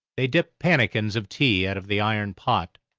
they dipped pannikins of tea out of the iron pot.